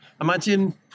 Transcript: imagine